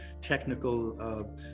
technical